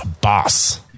Boss